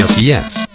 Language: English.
Yes